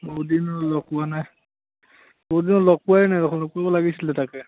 বহুত দিন লগ পোৱা নাই বহুত দিন হ'ল লগ পোৱাই নাই দেখোন লগ পাব লাগিছিলে তাকে